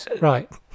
Right